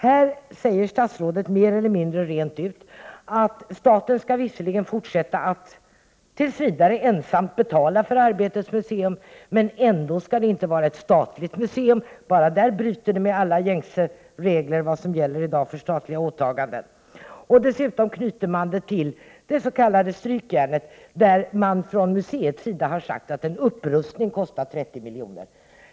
Statsrådet säger här mer eller mindre rent ut att staten visserligen tills vidare skall fortsätta att ensam betala för Arbetets museum, men att detta ändå inte skall vara ett statligt museum. Bara där bryter man mot alla gängse regler för vad som gäller för statliga åtaganden. Dessutom knyts detta museum till det s.k. Strykjärnet, vilket enligt museet kostar 30 milj.kr. att upprusta.